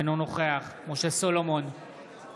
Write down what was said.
אינו נוכח משה סולומון,